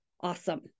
awesome